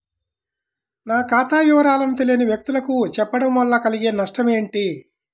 నా ఖాతా వివరాలను తెలియని వ్యక్తులకు చెప్పడం వల్ల కలిగే నష్టమేంటి?